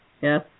Yes